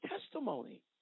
testimony